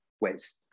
ways